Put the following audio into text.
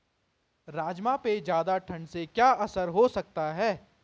राजमा पे ज़्यादा ठण्ड से क्या असर हो सकता है?